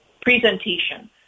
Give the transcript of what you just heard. presentation